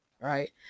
right